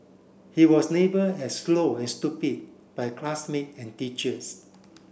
he was labelled as slow and stupid by classmate and teachers